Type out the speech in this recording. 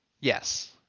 yes